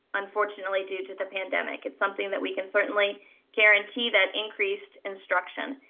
unfortunately, due to the pandemic, it's something that we can certainly guarantee that increased instruction.